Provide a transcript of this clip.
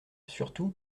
surtout